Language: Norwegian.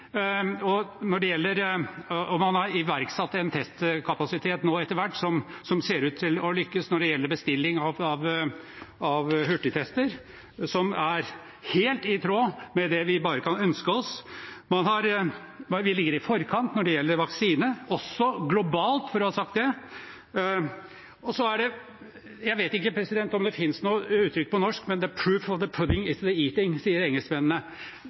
testkapasitet som ser ut til å lykkes når det gjelder bestilling av hurtigtester, som er helt i tråd med det vi kan ønske oss. Vi ligger i forkant når det gjelder vaksine – også globalt, for å ha sagt det. Jeg vet ikke om det finnes noe uttrykk på norsk, men «the proof of the pudding is in the eating», sier